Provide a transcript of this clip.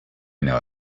know